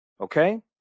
Okay